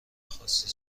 خواستی